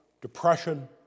depression